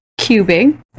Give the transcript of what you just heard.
cubing